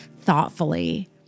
thoughtfully